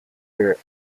her